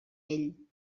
ell